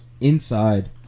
inside